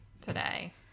today